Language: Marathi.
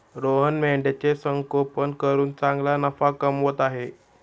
रोहन मेंढ्यांचे संगोपन करून चांगला नफा कमवत आहे